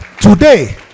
today